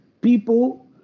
people